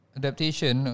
adaptation